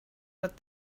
what